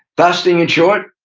fasting, in short,